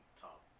top